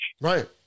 Right